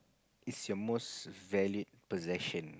is your most valued possession